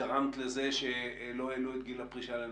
גרמת לזה שלא העלו את גיל הפרישה לנשים.